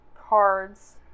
Cards